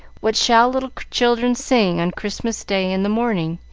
what shall little children sing on christmas day in the morning?